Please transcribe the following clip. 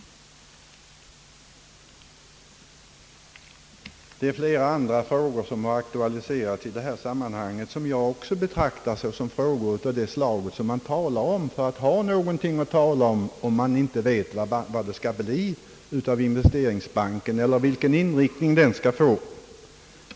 Det är flera andra frågor, som aktualiserats i detta sammanhang, som jag också betraktar som något man talar om, bara för att ha någonting att tala om, då man inte vet vad det skall bli av investeringsbanken eller vilken inriktning den skall få.